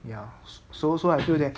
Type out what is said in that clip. ya so so I feel that